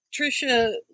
Trisha